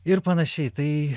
ir panašiai tai